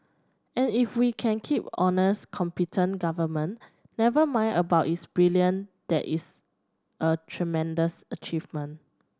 and if we can keep honest competent government never mind about its brilliant that is a tremendous achievement